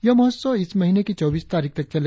यह महोत्सव इस महीने की चौबीस तारीख तक चलेगा